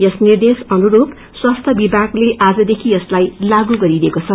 यस निर्देश अनुरूप स्वास्य विभागले आजदेखि यसलाई लागू गदिदिएको छ